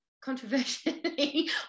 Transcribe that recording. Controversially